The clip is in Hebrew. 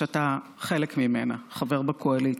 שאתה חלק ממנה, חבר בקואליציה.